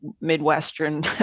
midwestern